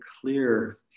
clear